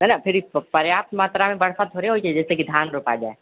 नहि नहि फिर भी पर्याप्त मात्रा मे थोड़े होइ छै जाहिसॅं कि धान रोपा जाय